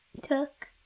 took